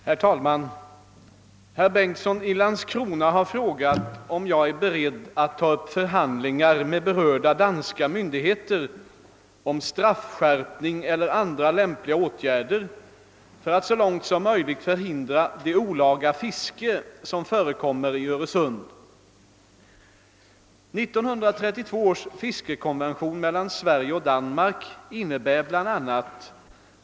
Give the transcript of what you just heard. Herr talman! Herr Bengtsson i Landskrona har frågat om jag är beredd att ta upp förhandlingar med berörda danska myndigheter om straffskärpning eller andra lämpliga åtgärder för att så långt som möjligt förhindra det olaga fiske som förekommer i Öresund. 1932 års fiskekonvention mellan Sverige och Danmark innebär bla.